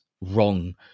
wrong